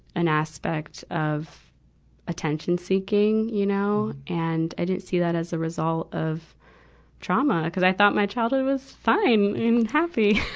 an aspect of attention-seeking, you know. and i didn't see that as a result of trauma. cuz i thought my childhood was fine and happy.